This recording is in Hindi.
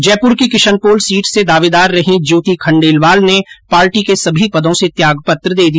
जयप्र की किषनपोल सीट से दावेदार रहीं ज्योति खंडेलवाल ने पार्टी के सभी पदों से त्यागपत्र दे दिया